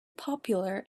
popular